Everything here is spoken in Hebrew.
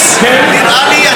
נראה לי,